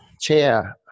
chair